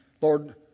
Lord